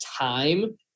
time